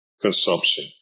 consumption